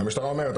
והמשטרה אומרת,